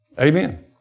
Amen